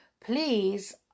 Please